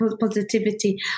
positivity